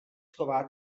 chová